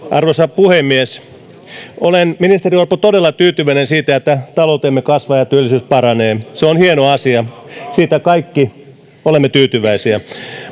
arvoisa puhemies olen ministeri orpo todella tyytyväinen siitä että taloutemme kasvaa ja työllisyys paranee se on hieno asia siitä kaikki olemme tyytyväisiä